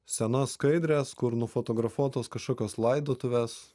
senas skaidres kur nufotografuotos kažkokios laidotuvės